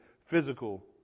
physical